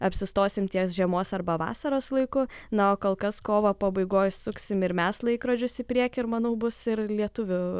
apsistosim ties žiemos arba vasaros laiku na o kol kas kovo pabaigoj suksim ir mes laikrodžius į priekį ir manau bus ir lietuvių